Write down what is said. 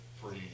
free